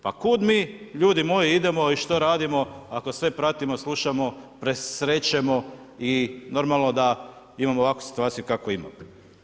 Pa kuda mi ljudi moji idemo i što radimo, ako sve pratimo i slušamo, presrećemo i normalno da imamo ovakvu situaciju kakvu imamo.